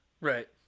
right